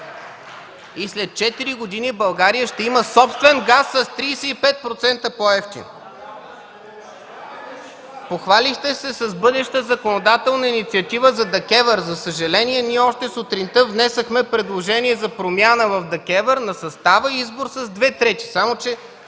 и след четири години България ще има собствен газ с 35% по-евтин. Похвалихте се с бъдеща законодателна инициатива за ДКЕВР. За, съжаление, ние още сутринта внесохме предложение за промяна в състава на ДКЕВР и избор с две трети. Само че